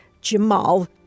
jamal